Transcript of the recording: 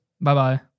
Bye-bye